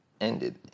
ended